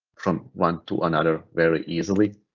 from one to another very easily